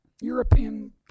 European